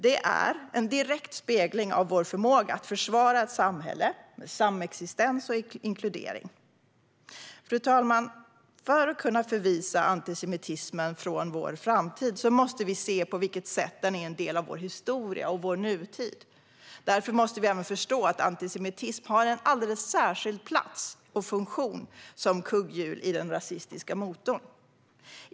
Det är en direkt spegling av vår förmåga att försvara ett samhälle med samexistens och inkludering. Fru talman! För att kunna förvisa antisemitismen från vår framtid måste vi se på vilket sätt den är en del av vår historia och vår nutid. Därför måste vi även förstå att antisemitism har en alldeles särskild plats och funktion som kugghjul i den rasistiska motorn.